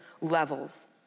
levels